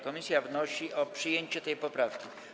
Komisja wnosi o przyjęcie tej poprawki.